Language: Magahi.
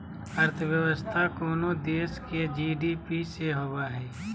अर्थव्यवस्था कोनो देश के जी.डी.पी से होवो हइ